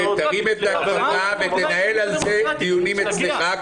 תרים את הכפפה ותנהל על זה דיונים אצלך,